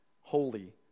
holy